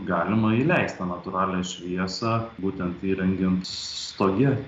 galima įleist tą natūralią šviesą būtent įrengiant stoge